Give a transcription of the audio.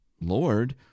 Lord